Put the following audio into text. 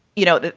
you know,